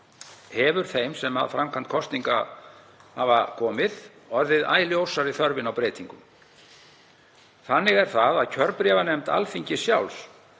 hefur þeim sem að framkvæmd kosninga hafa komið orðið æ ljósari þörfin á breytingum. Þannig hefur kjörbréfanefnd Alþingis sjálfs